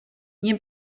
nie